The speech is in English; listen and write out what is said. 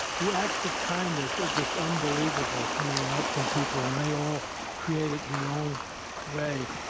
the acts of kindness are just unbelievable coming out from people, and they all create it in their own way.